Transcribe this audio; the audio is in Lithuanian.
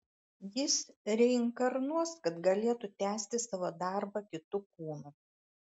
jis reinkarnuos kad galėtų tęsti savo darbą kitu kūnu